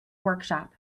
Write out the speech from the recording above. workshop